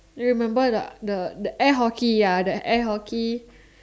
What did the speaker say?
remember or not the air hockey ya the air hockey